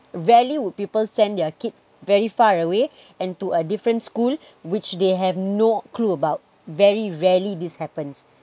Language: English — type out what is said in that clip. rarely would people send their kid very far away and to a different school which they have no clue about very rarely this happens